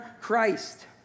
Christ